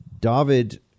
David